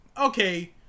okay